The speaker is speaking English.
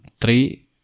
three